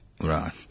Right